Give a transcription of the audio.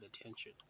attention